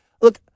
Look